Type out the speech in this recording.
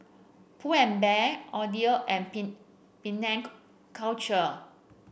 Pull and Bear Audi and Penang Culture